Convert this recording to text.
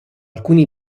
alcuni